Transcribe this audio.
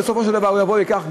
ובסופו של דבר הוא יבוא וייקח.